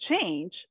change